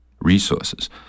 resources